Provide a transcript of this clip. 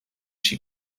she